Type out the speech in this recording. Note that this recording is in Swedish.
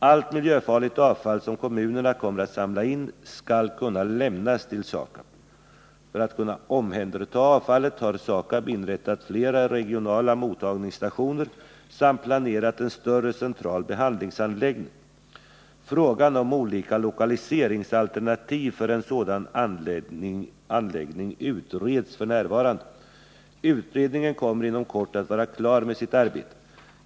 Allt miljöfarligt avfall som kommunerna kommer att samla in skall kunna lämnas till SAKAB. För att kunna omhänderta avfallet har SAKAB inrättat flera regionala mottagningsstationer samt planerat en större central behandlingsanläggning. Frågan om olika lokaliseringsalternativ för en sådan anläggning utreds f. n. Utredningen kommer inom kort att vara klar med sitt arbete.